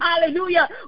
Hallelujah